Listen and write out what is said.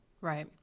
Right